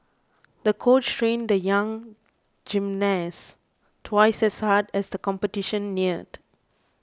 the coach trained the young gymnast twice as hard as the competition neared